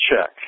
check